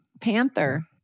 panther